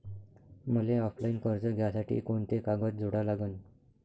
मले ऑफलाईन कर्ज घ्यासाठी कोंते कागद जोडा लागन?